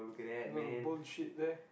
lotta bullshit there